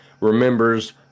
remembers